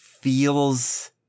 feels